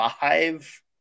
five